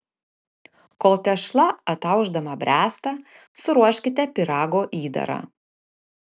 kol tešla ataušdama bręsta suruoškite pyrago įdarą